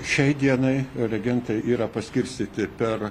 šiai dienai reagentai yra paskirstyti per